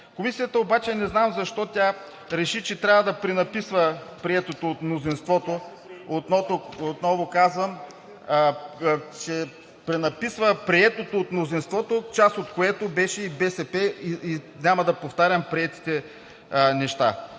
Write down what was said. Комисията обаче не знам защо реши, че трябва да пренаписва приетото от мнозинството – отново казвам, че пренаписва приетото от мнозинството, част от което беше и БСП, и няма да повтарям приетите неща.